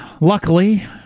luckily